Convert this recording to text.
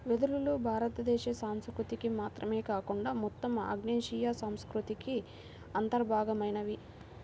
వెదురులు భారతదేశ సంస్కృతికి మాత్రమే కాకుండా మొత్తం ఆగ్నేయాసియా సంస్కృతికి అంతర్భాగమైనవి